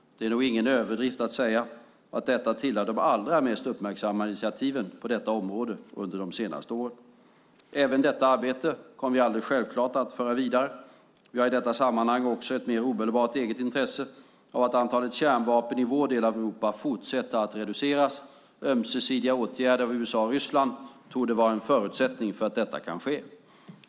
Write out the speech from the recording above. Det är nog ingen överdrift att säga att detta tillhör de allra mest uppmärksammade initiativen på detta område under de senaste åren. Även detta arbete kommer vi alldeles självklart att föra vidare. Vi har i detta sammanhang också ett mer omedelbart eget intresse av att antalet kärnvapen i vår del av Europa fortsätter att reduceras. Ömsesidiga åtgärder av USA och Ryssland torde vara en förutsättning för att detta kan ske.